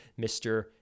Mr